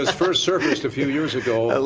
first surfaced a few years ago.